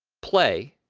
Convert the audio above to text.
play,